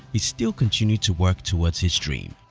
he still continued to work towards his dream.